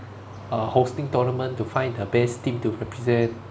uh hosting tournament to find the best team to represent